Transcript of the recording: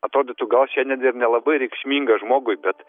atrodytų gal šiandien ir nelabai reikšminga žmogui bet